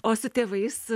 o su tėvais